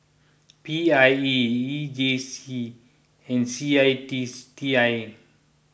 P I E E J C and C I T T I A